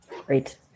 Great